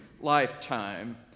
lifetime